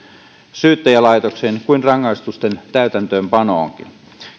syyttäjälaitokseen kuin rangaistusten täytäntöönpanoonkin